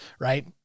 right